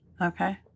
Okay